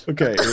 Okay